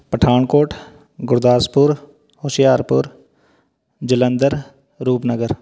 Pathankot Gurdaspur Hoshiarpur Jalandhar Rupnagar